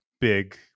big